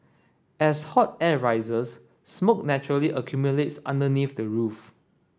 as hot air rises smoke naturally accumulates underneath the roof